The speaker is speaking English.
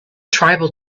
tribal